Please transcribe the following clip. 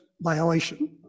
violation